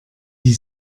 die